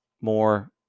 more